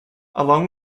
along